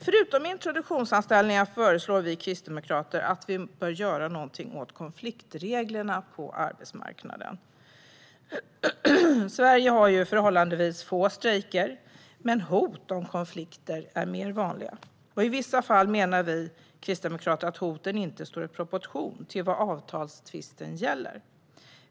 Förutom introduktionsanställningar föreslår vi kristdemokrater att det bör göras något åt konfliktreglerna på arbetsmarknaden. Sverige har förhållandevis få strejker, men hot om konflikter är mer vanliga. Vi kristdemokrater menar att hoten i vissa fall inte står i proportion till vad avtalstvisten gäller.